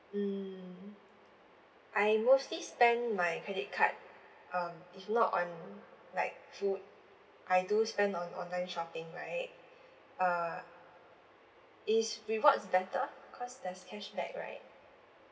mm I mostly spend my credit card um if not on like food I do spend on online shopping right uh is rewards better cause there's cashback right